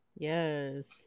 Yes